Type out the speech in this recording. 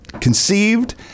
conceived